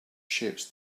shapes